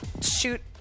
shoot